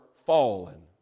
fallen